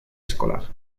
escolar